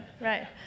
right